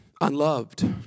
unloved